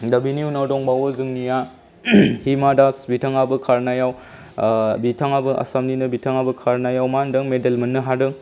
दा बेनि उनाव दंबावो जोंनिया हिमा दास बिथाङाबो खारनायाव बिथाङाबो आसामनिनो बिथाङाबो खारनायाव मा होन्दों मेडेल मोननो हादों